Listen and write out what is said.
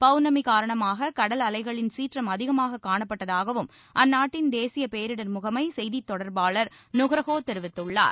பவுர்ணமி காரணமாக கடல் அலைகளின் சீற்றம் அதிகமாக காணப்பட்டதாகவும் அற்நாட்டின் தேசிய பேரிடர் முகமை செய்தித் தொடர்பாளர் நுக்ரோஹோ தெரிவித்துள்ளார்